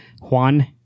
Juan